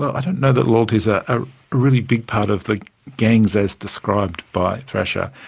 i don't know that loyalty's a ah really big part of the gangs as described by thrasher.